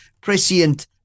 prescient